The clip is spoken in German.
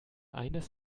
eines